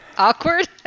Awkward